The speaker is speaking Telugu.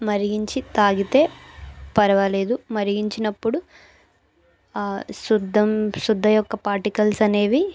మరిగించి తాగితే పర్వాలేదు మరిగించినప్పుడు ఆ సుద్దం సుద్ద యొక్క పార్టికల్స్ అనేవి